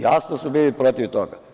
Jasno su bili protiv toga.